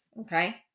okay